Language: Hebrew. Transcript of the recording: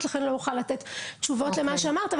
ולכן לא אוכל לתת תשובות למה שאמרת.